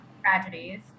tragedies